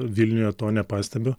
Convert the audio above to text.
vilniuje to nepastebiu